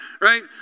right